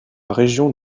région